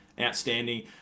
outstanding